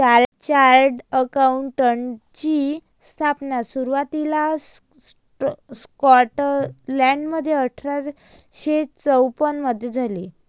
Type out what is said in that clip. chartered अकाउंटंटची स्थापना सुरुवातीला स्कॉटलंडमध्ये अठरा शे चौवन मधे झाली